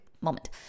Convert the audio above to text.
moment